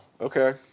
Okay